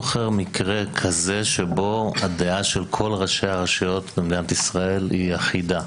מקרה כזה שבו הדעה של כל ראשי הרשויות במדינת ישראל היא אחידה.